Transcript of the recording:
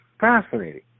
fascinating